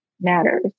matters